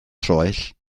troell